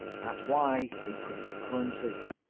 that's why they print currency.